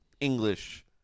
English